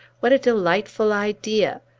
what a delightful idea!